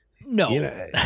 no